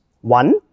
One